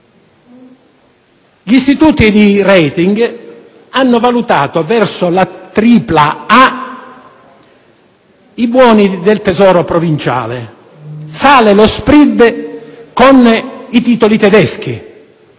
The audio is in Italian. Gli istituti di *rating* hanno valutato verso la tripla A i buoni del Tesoro provinciale, sale lo *spread* con i titoli tedeschi,